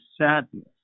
sadness